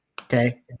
okay